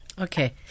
Okay